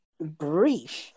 brief